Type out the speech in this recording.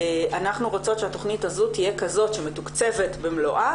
אנחנו רוצות שהתכנית הזאת תהיה כזו שמתוקצבת במלואה